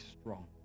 strong